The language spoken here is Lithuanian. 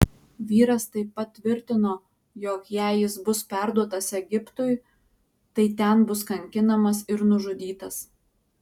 vyras taip pat tvirtino jog jei jis bus perduotas egiptui tai ten bus kankinamas ir nužudytas